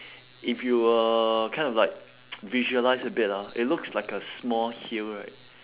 if you were kind of like visualise a bit ah it looks like a small hill right